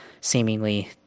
Seemingly